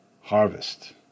harvest